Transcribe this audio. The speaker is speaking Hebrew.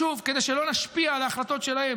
שוב, כדי שלא נשפיע על ההחלטות שלהם